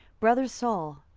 brother saul,